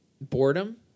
boredom